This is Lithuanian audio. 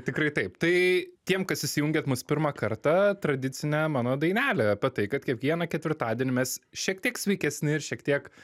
tikrai taip tai tiem kas įsijungiat mus pirmą kartą tradicinė mano dainelė apie tai kad kiekvieną ketvirtadienį mes šiek tiek sveikesni ir šiek tiek